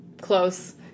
close